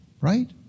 Right